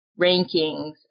rankings